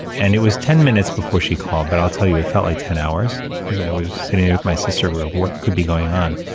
and it was ten minutes before she called but i'll tell you, it felt like ten hours because i was sitting with my sister, what could be going on?